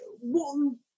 One